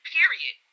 Period